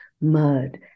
mud